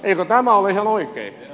arvoisa puhemies